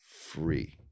free